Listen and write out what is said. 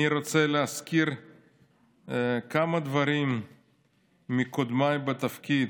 אני רוצה להזכיר כמה דברים מקודמיי בתפקיד,